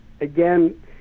again